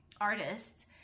artists